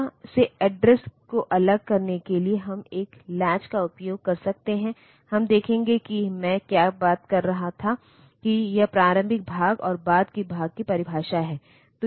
data से address को अलग करने के लिए हम एक लैच का उपयोग कर सकते हैं हम देखेंगे कि मैं क्या बात कर रहा था कि यह प्रारंभिक भाग और बाद के भाग की परिभाषा है